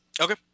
Okay